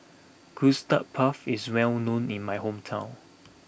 Custard Puff is well known in my hometown